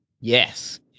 Yes